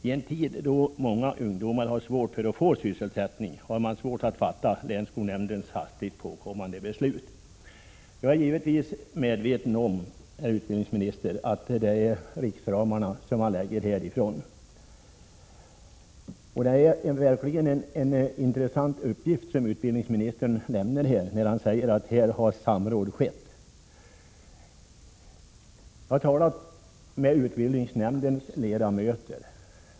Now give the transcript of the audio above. I en tid då många ungdomar har svårt att få sysselsättning har man svårt att förstå länsskolnämndens hastigt påkomna beslut. Jag är givetvis, herr utbildningsministern, medveten om att det är regeringen som bestämmer riksramarna men att det är länsskolnämnden som lägger ned denna utbildning. Utbildningsministerns uppgift att samråd har skett var verkligen intressant. Jag har talat med utbildningsnämndens ledamöter.